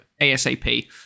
ASAP